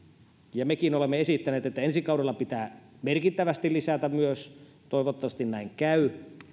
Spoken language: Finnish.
ja mekin olemme esittäneet että myös ensi kaudella pitää merkittävästi lisätä toivottavasti näin käy